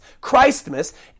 christmas